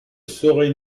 saurait